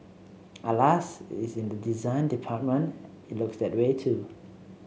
alas in the design department it looks that way too